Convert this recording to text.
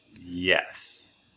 Yes